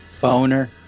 boner